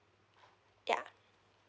ya